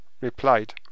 replied